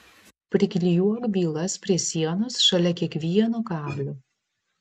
priklijuok bylas prie sienos šalia kiekvieno kablio